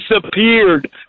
disappeared